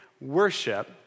worship